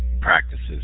practices